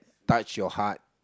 touch your heart